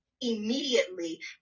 immediately